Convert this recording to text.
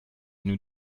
nous